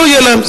לא יהיה להם,